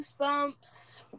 Goosebumps